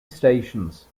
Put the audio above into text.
stations